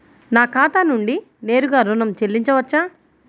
నా ఖాతా నుండి నేరుగా ఋణం చెల్లించవచ్చా?